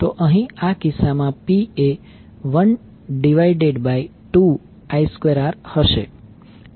તો અહીં આ કિસ્સામાં P એ 1 2I2R હશે